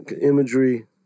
imagery